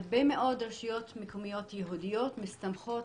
הרבה מאוד רשויות מקומיות יהודיות מסתמכות